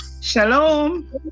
Shalom